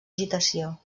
agitació